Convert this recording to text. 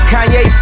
Kanye